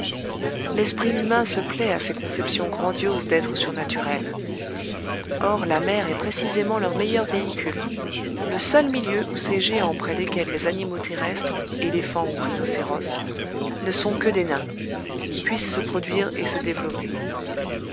l'esprit humain se plaît à ces conceptions grandioses d'êtres surnaturels or la mer est précisément leur meilleur véhicule le seul milieu où ces géants près desquels les animaux terrestres éléphants ou rhinocéros ne sont que des nains puissent se produire et se développer